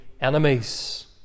enemies